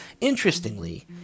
Interestingly